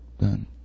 done